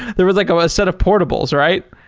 there was like ah a set of portables, right?